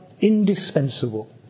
indispensable